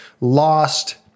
lost